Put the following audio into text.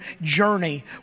journey